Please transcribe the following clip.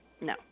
No